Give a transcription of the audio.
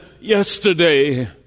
yesterday